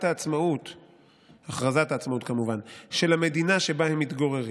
הכנסת שלא הצביעו ומעוניינים להצביע?